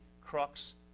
crux